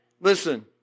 Listen